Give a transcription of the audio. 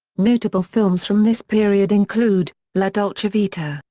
notable films from this period include la dolce vita,